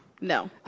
No